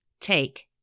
Take